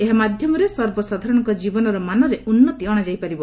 ଏହା ମାଧ୍ୟମରେ ସର୍ବସାଧାରଣଙ୍କ ଜୀବନର ମାନରେ ଉନ୍ନତି ଅଣାଯାଇପାରିବ